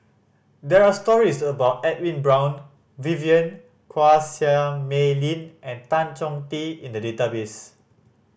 there are stories about Edwin Brown Vivien Quahe Seah Mei Lin and Tan Chong Tee in the database